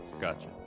Gotcha